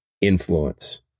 influence